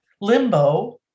limbo